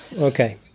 Okay